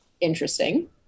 interesting